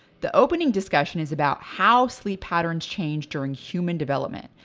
the opening discussion is about how sleep patterns change during human development,